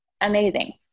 amazing